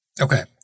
Okay